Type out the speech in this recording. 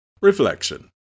Reflection